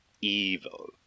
evil